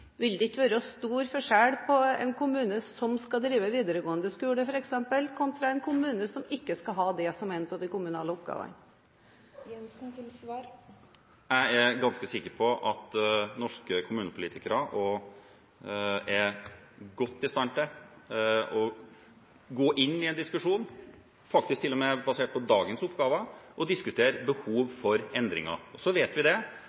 Vil det ikke være stor forskjell på en kommune som f.eks. skal drive videregående skole, kontra en kommune som ikke skal ha det som en av de kommunale oppgavene? Jeg er ganske sikker på at norske kommunepolitikere er godt i stand til å gå inn i en slik diskusjon, og diskutere behov for endringer, faktisk til og med basert på dagens oppgaver. Så vet vi